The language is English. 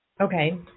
Okay